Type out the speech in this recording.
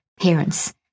parents